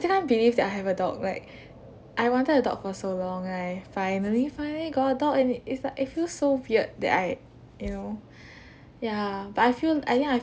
still can't believe that I have a dog like I wanted a dog so long I finally finally got a dog and it it's like it feels so weird that I you know ya but I feel I have